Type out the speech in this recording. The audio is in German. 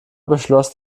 beschloss